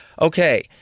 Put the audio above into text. okay